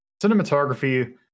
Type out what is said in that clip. cinematography